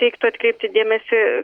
reiktų atkreipti dėmesį